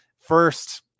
first